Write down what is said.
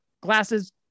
glasses